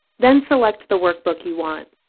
then select the workbook you want.